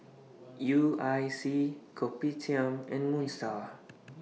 U I C Kopitiam and Moon STAR